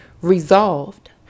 Resolved